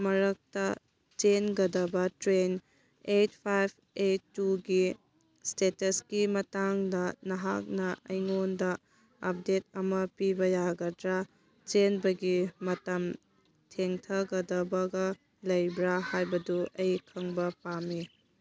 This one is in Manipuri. ꯃꯔꯛꯇ ꯆꯦꯟꯒꯗꯕ ꯇ꯭ꯔꯦꯟ ꯑꯦꯠ ꯐꯥꯏꯚ ꯑꯦꯠ ꯇꯨꯒꯤ ꯏꯁꯇꯦꯇꯁꯀꯤ ꯃꯇꯥꯡꯗ ꯅꯍꯥꯛꯅ ꯑꯩꯉꯣꯟꯗ ꯑꯞꯗꯦꯠ ꯑꯃ ꯄꯤꯕ ꯌꯥꯒꯗ꯭ꯔ ꯆꯦꯟꯕꯒꯤ ꯃꯇꯝ ꯊꯦꯡꯊꯒꯗꯕꯒ ꯂꯩꯕ꯭ꯔ ꯍꯥꯏꯕꯗꯨ ꯑꯩ ꯈꯪꯕ ꯄꯥꯝꯃꯤ